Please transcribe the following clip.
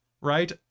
right